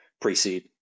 pre-seed